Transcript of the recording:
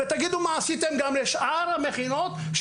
ושיגידו גם מה עשו בשאר המכינות,